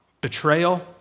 betrayal